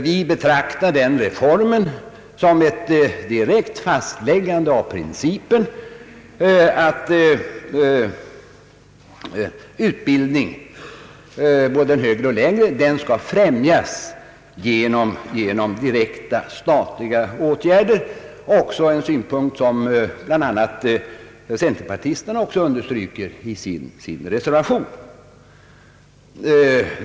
Vi betraktar den reformen som ett direkt fastläggande av principen att utbildning, både högre och lägre, skall främjas genom direkta statliga åtgärder, en synpunkt som bl.a. centerpartisterna också understryker i sin reservation.